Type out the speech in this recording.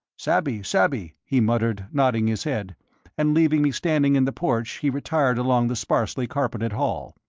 sabby, sabby, he muttered, nodding his head and leaving me standing in the porch he retired along the sparsely carpeted hall.